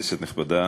כנסת נכבדה,